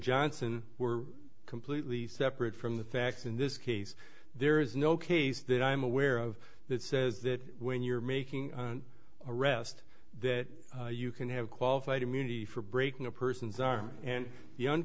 johnson were completely separate from the facts in this case there is no case that i'm aware of that says that when you're making arrest that you can have qualified immunity for breaking a person's arm and